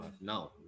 Now